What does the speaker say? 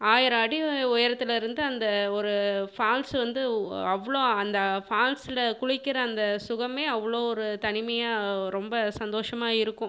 ஆயரம் அடி உயரத்தில் இருந்து அந்த ஒரு ஃபால்ஸ் வந்து அவ்வளோ அந்த ஃபால்ஸ்ஸில் குளிக்கிற அந்த சுகமே அவ்ளோ ஒரு தனிமையாக ரொம்ப சந்தோஷமாக இருக்கும்